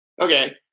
Okay